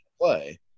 play